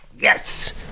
yes